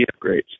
upgrades